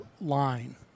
line